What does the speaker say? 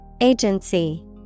Agency